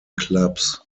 clubs